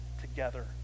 together